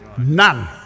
None